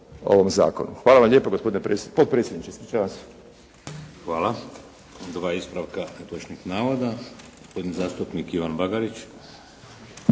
Hvala lijepo gospodine predsjedniče.